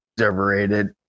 overrated